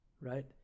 right